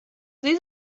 sie